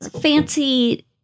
fancy